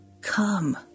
come